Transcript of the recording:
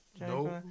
Nope